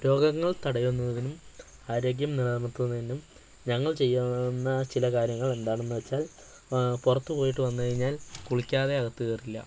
രോഗങ്ങൾ തടയുന്നതിനും ആരോഗ്യം നിലനിർത്തുന്നതിനും ഞങ്ങൾ ചെയ്യാവുന്ന ചില കാര്യങ്ങൾ എന്താണെന്നു വച്ചാൽ പുറത്തു പോയിട്ടു വന്നു കഴിഞ്ഞാൽ കുളിക്കാതെ അകത്തു കയറില്ല